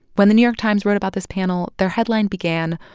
when the new york times wrote about this panel, their headline began,